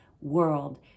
world